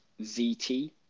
ZT